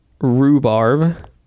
rhubarb